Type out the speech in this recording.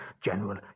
general